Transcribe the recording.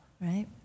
Right